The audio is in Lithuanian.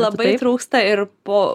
labai trūksta ir po